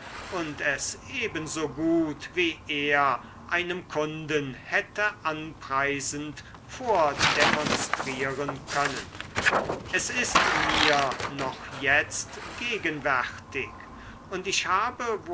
und es ebenso gut wie er einem kunden hätte anpreisend vordemonstrieren können es ist mir noch jetzt gegenwärtig und ich habe